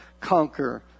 conquer